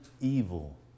evil